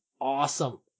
awesome